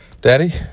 daddy